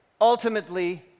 ultimately